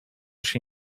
się